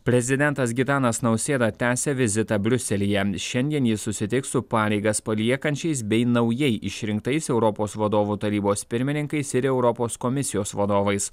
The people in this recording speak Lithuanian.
prezidentas gitanas nausėda tęsia vizitą briuselyje šiandien jis susitiks su pareigas paliekančiais bei naujai išrinktais europos vadovų tarybos pirmininkais ir europos komisijos vadovais